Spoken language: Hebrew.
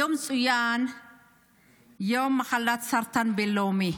היום צוין יום מחלת הסרטן הבין-לאומי.